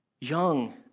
young